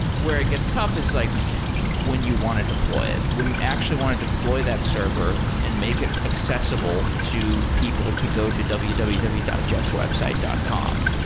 where it gets tough is like when you want to deploy it. when you actually want to deploy that server and make it accessible to people to go to www www dot jeffswebsite dot com.